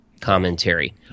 commentary